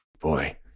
Boy